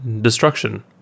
Destruction